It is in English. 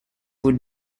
would